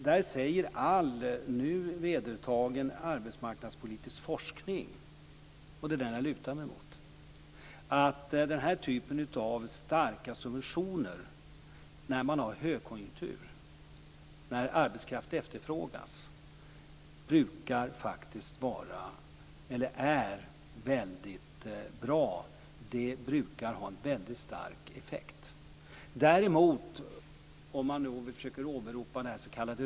Där säger nu all vedertagen arbetsmarknadspolitisk forskning, och det är den jag lutar mig emot, att den här typen av starka subventioner när man har högkonjunktur, när arbetskraft efterfrågas, faktiskt är väldig bra. Det brukar bli en väldigt stor effekt. Om man däremot, om man nu försöker åberopa det här s.k.